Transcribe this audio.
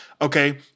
Okay